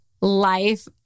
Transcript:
life